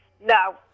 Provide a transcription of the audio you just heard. No